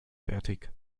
fertig